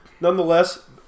nonetheless